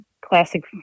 classic